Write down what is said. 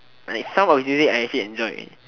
like some actually I did enjoy